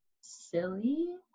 silly